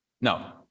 No